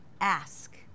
ask